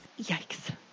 Yikes